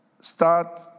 start